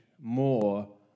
more